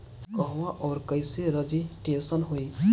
कहवा और कईसे रजिटेशन होई?